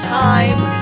time